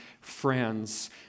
friends